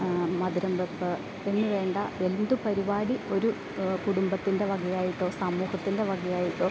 മധുരം വെപ്പ് എന്ന് വേണ്ട എന്തു പരിപാടി ഒരു കുടുംബത്തിൻ്റെ വക ആയിട്ടോ സമൂഹത്തിൻ്റെ വക ആയിട്ടോ